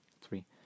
three